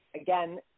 again